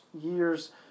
years